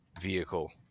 vehicle